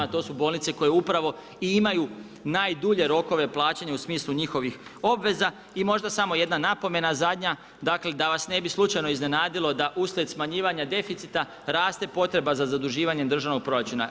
A to su bolnice koje upravo i imaju najdulje rokove plaćanja u smislu njihovih obveza i možda samo jedan napomena zadnja, dakle, da vas ne bi slučajno iznenadilo da uslijed smanjivanja deficita raste potreba za zaduživanje državnog proračuna.